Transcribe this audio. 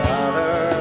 Father